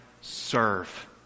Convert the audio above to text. Serve